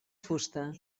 fusta